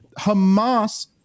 hamas